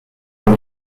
uni